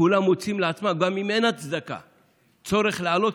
כולם מוצאים לעצמם צורך להעלות,